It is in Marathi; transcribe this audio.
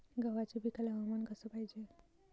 गव्हाच्या पिकाले हवामान कस पायजे?